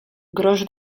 grosz